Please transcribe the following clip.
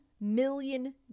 million